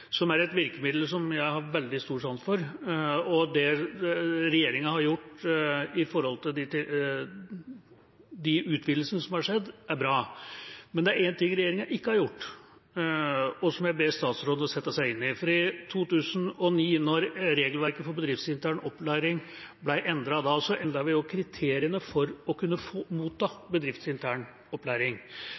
som er et virkemiddel som jeg har veldig stor sans for. Det som regjeringa har gjort, med de utvidelsene som har skjedd, er bra, men det er én ting regjeringa ikke har gjort, og som jeg ber statsråden sette seg inn i: I 2009, da regelverket for bedriftsintern opplæring ble endret, endret vi kriteriene for å kunne motta bedriftsintern opplæring.